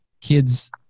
kids